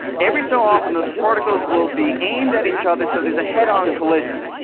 every so often those particles will be aimed at each other, so there's a head-on collision.